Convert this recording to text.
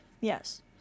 Yes